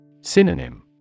Synonym